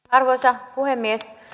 arvoisa puhemies